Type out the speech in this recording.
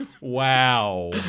Wow